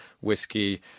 whiskey